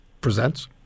presents